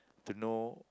to know